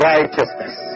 Righteousness